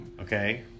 okay